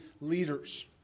leaders